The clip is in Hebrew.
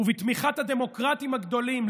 ובתמיכת הדמוקרטים הגדולים,